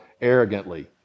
arrogantly